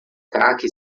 cáqui